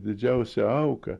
didžiausią auką